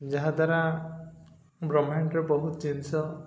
ଯାହାଦ୍ୱାରା ବ୍ରହ୍ମାଣ୍ଡରେ ବହୁତ ଜିନିଷ